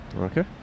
okay